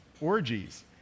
orgies